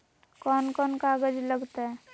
कौन कौन कागज लग तय?